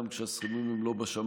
גם כשהסכומים הם לא בשמיים,